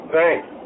Thanks